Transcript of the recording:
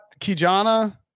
Kijana